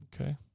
Okay